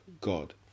God